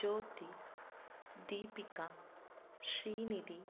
Jyothi Deepika Srinidhi